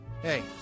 Hey